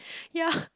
ye